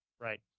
right